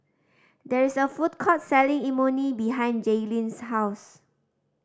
there is a food court selling Imoni behind Jailyn's house